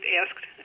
asked